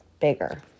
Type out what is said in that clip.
bigger